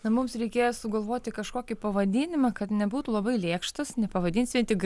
mums reikėjo sugalvoti kažkokį pavadinimą kad nebūtų labai lėkštas nepavadinsi tik